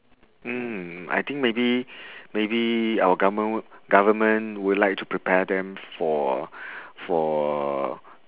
mm I think maybe maybe our govern~ government would like to prepare them for for